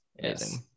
Yes